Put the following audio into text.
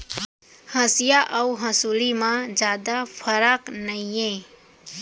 हँसिया अउ हँसुली म जादा फरक नइये